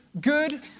Good